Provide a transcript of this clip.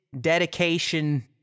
dedication